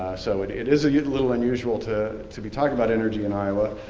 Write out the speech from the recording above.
so it it is a yeah little unusual to to be talking about energy in iowa.